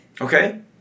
Okay